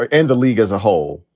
ah and the league as a whole.